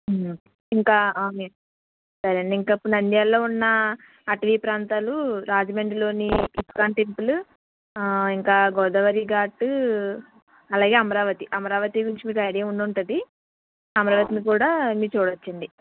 ఇంకా మీరు నంద్యాలలో ఉన్న అటవీ ప్రాంతాలు రాజమండ్రిలోని ఇస్కాన్ టెంపులు ఇంకా గోదావరి ఘాట్ అలాగే అమరావతి అమరావతి గురించి మీకు ఐడియా ఉండుంటది అమరావతిని కూడా మీరు చూడొచ్చండి